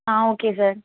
ah okay sir